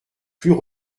plus